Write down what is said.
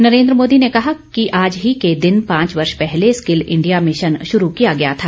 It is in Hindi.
नरेन्द्र मोदी ने कहा कि आज ही के दिन पांच वर्ष पहले स्किल इंडिया मिशन शुरू किया गया था